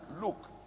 look